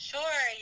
Sure